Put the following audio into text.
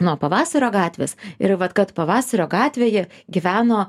nuo pavasario gatvės ir vat kad pavasario gatvėje gyveno